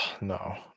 no